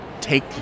take